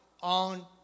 on